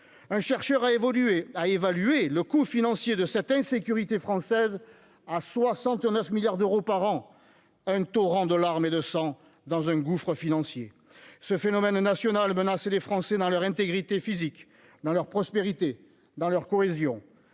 à évoluer, à évaluer le coût financier de cette insécurité française à 69 milliards d'euros par an, un Torrent de larmes et de sang dans un gouffre financier, ce phénomène national menacé les Français dans leur intégrité physique dans leur prospérité dans leur cohésion